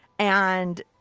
and.